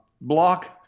block